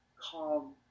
calm